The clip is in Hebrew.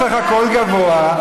יש לך קול גבוה,